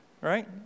right